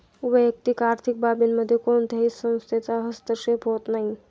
वैयक्तिक आर्थिक बाबींमध्ये कोणत्याही संस्थेचा हस्तक्षेप होत नाही